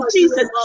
Jesus